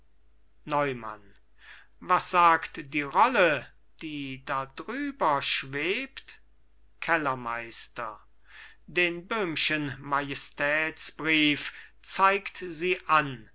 neumann was sagt die rolle die da drüberschwebt kellermeister den böhmschen majestätsbrief zeigt sie an